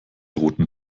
roten